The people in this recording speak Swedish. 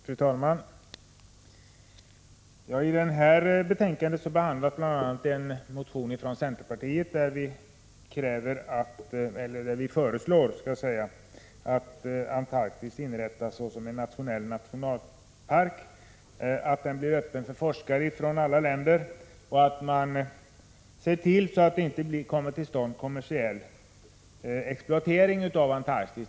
Fru talman! I det här betänkandet behandlas bl.a. en motion från centerpartiet, där vi föreslår att Antarktis skall inrättas såsom en internationell nationalpark, vilken skall vara öppen för forskare från alla länder. Vi framhåller också att man skall se till att det inte blir någon kommersiell exploatering av Antarktis.